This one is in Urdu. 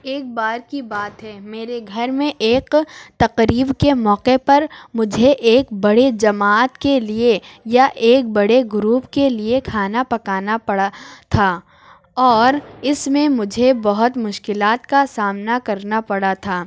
ایک بار کی بات ہے میرے گھر میں ایک تقریب کے موقع پر مجھے ایک بڑے جماعت کے لیے یا ایک بڑے گروپ کے لیے کھانا پکانا پڑا تھا اور اس میں مجھے بہت مشکلات کا سامنا کرنا پڑا تھا